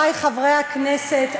חברי חברי הכנסת,